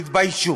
תתביישו.